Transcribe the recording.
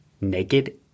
Naked